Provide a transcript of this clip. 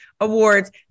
awards